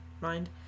mind